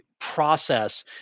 process